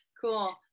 cool